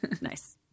Nice